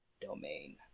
domain